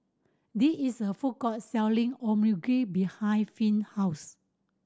there is a food court selling Omurice behind Finn house